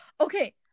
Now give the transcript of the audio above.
okay